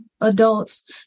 adults